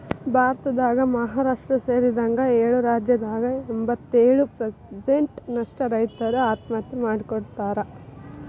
ಭಾರತದಾಗ ಮಹಾರಾಷ್ಟ್ರ ಸೇರಿದಂಗ ಏಳು ರಾಜ್ಯದಾಗ ಎಂಬತ್ತಯೊಳು ಪ್ರಸೆಂಟ್ ನಷ್ಟ ರೈತರು ಆತ್ಮಹತ್ಯೆ ಮಾಡ್ಕೋತಾರ